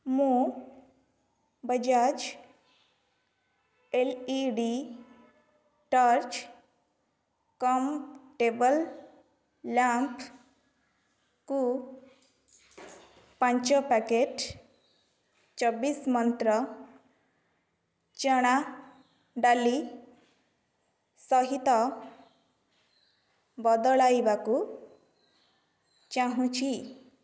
ମୁଁ Bajaj L E D torch cum table ଲ୍ୟାମ୍ପ୍କୁ ପାଞ୍ଚ ପ୍ୟାକେଟ୍ ଚବିଶ ମନ୍ତ୍ର ଚଣା ଡାଲି ସହିତ ବଦଳାଇବାକୁ ଚାହୁଁଛି